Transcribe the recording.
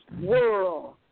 world